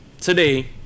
today